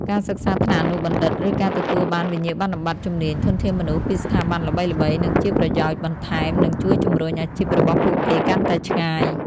ការសិក្សាថ្នាក់អនុបណ្ឌិត ឬការទទួលបានវិញ្ញាបនបត្រជំនាញ ធនធានមនុស្ស ពីស្ថាប័នល្បីៗ នឹងជាប្រយោជន៍បន្ថែម និងជួយជំរុញអាជីពរបស់ពួកគេកាន់តែឆ្ងាយ។